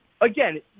again